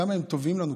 כמה הם טובים לנו,